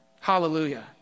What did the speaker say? Hallelujah